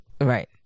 Right